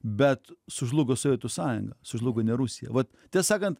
bet sužlugo sovietų sąjunga sužlugo ne rusija vat tiesą sakant